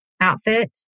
outfit